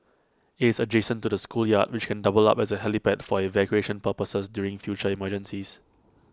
IT is adjacent to the schoolyard which can double up as A helipad for evacuation purposes during future emergencies